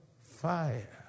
fire